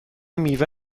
میوه